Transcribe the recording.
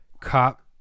cop